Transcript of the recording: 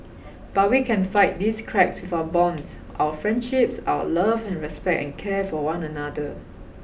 but we can fight these cracks with our bonds our friendships our love and respect and care for one another